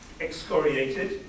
excoriated